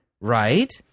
right